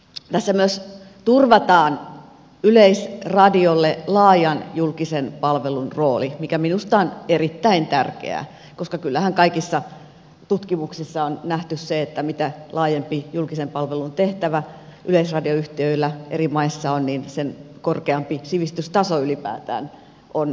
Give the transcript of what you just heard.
tässä myös turvataan yleisradiolle laajan julkisen palvelun rooli mikä minusta on erittäin tärkeää koska kyllähän kaikissa tutkimuksissa on nähty se että mitä laajempi julkisen palvelun tehtävä yleisradio yhtiöillä eri maissa on sen korkeampi sivistystaso ylipäätään on